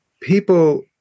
people